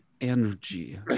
energy